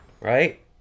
right